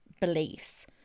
beliefs